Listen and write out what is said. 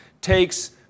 takes